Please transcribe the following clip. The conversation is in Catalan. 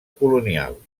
colonial